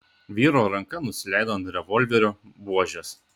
vyro ranka nusileido ant revolverio buožės